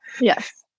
Yes